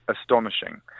astonishing